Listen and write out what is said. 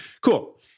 cool